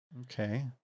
okay